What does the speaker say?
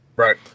right